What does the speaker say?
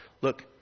Look